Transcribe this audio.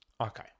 Okay